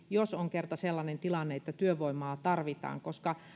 jos on kerta sellainen tilanne että työvoimaa tarvitaan